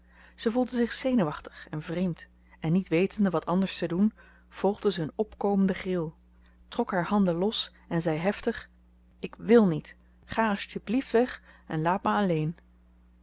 ze voelde zich zenuwachtig en vreemd en niet wetende wat anders te doen volgde ze een opkomende gril trok haar handen los en zei heftig ik wil niet ga als t je blieft weg en laat mij alleen